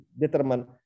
determined